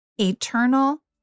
eternal